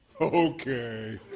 Okay